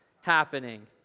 happening